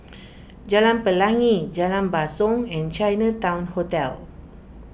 Jalan Pelangi Jalan Basong and Chinatown Hotel